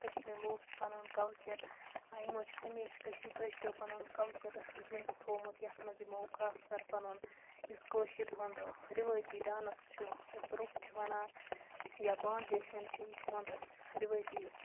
کٔشیٖرِ ہِنٛدۍ لُکھ چھِ پَنُن کَلچَر یِمو چھِ ہمیشہِ کٔشیٖرِ کٲشریو پَنُن کَلچَر زِندٕ تھوٚمُت یَتھ منٛز یِمو خاص کَر پَنُن یُس کٲشِرۍ ہُنٛد رِوٲیتی ڈانَس چھِ یَتھ روٚپھ چھِ ونان یا بانڈٕ جٔشِن چھِ یہِ چھُ یِہُںٛد رِوٲیتی